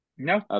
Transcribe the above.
No